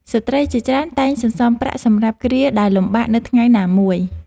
ស្ត្រីជាច្រើនតែងសន្សំប្រាក់សម្រាប់គ្រាដែលលំបាកនៅថ្ងៃណាមួយ។